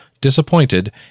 Disappointed